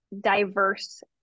diverse